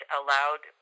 allowed